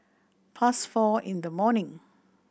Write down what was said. past four in the morning